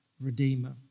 redeemer